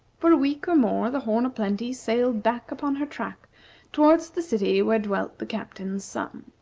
for a week or more the horn o' plenty sailed back upon her track towards the city where dwelt the captain's son.